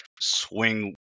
swing